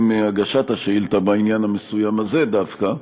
הגשת השאילתה בעניין המסוים הזה דווקא.